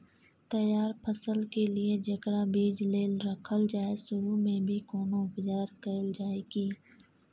तैयार फसल के लिए जेकरा बीज लेल रखल जाय सुरू मे भी कोनो उपचार कैल जाय की?